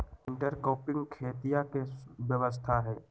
intercropping खेतीया के व्यवस्था हई